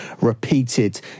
repeated